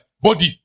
Body